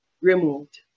removed